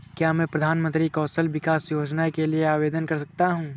क्या मैं प्रधानमंत्री कौशल विकास योजना के लिए आवेदन कर सकता हूँ?